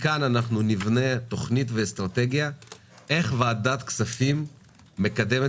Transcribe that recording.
מכאן אנחנו נבנה תוכנית ואסטרטגיה איך ועדת הכספים מקדמת